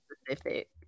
specific